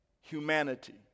humanity